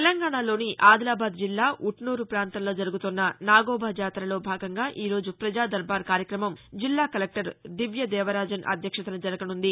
తెలంగాణాలోని ఆదిలాబాద్ జిల్లా ఉట్నూరు ప్రాంతంలో జరుగుతోన్న నాగోబా జాతరలో భాగంగా ఈరోజు ప్రజా దర్బార్ కార్యక్రమం జిల్లా కలెక్టర్ దివ్య దేవరాజన్ అధ్యక్షతన జరుగనుంది